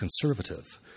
conservative